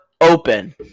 open